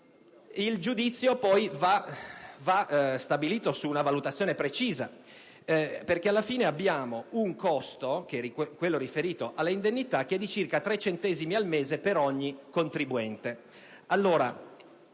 Il giudizio, poi, va stabilito su una valutazione precisa perché, alla fine, abbiamo un costo - quello riferito alle indennità - pari a circa tre centesimi al mese per ogni contribuente.